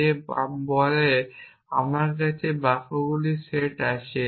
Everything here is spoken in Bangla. যে বলে আমার কাছে এই বাক্যগুলির সেট আছে